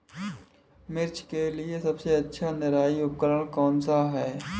मिर्च के लिए सबसे अच्छा निराई उपकरण कौनसा है?